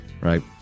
Right